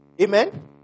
Amen